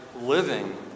living